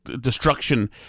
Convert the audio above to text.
destruction